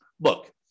look